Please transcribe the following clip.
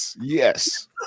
yes